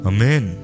Amen